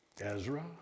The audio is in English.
Ezra